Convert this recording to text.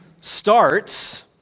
starts